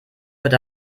hört